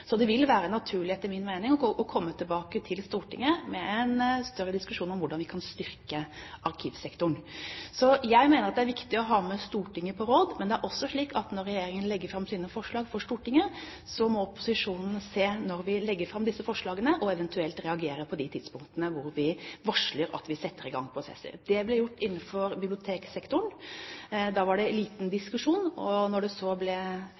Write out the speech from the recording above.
Så kom også denne meldingen til Stortinget. Det er også slik at opposisjonen har ansvar for å lese de dokumentene som blir framlagt, og sette seg inn de prosesser som pågår. Når det gjelder arkivsektoren, mener jeg at veldig mye er ugjort. Vi har ikke hatt noen stortingsmelding om arkivsektoren. Det vil være naturlig, etter min mening, å komme tilbake til Stortinget med en større diskusjon om hvordan vi kan styrke arkivsektoren. Jeg mener at det er viktig å ha Stortinget med på råd. Men det er også slik at når regjeringen legger fram sine forslag for Stortinget, må opposisjonen se